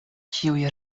kiuj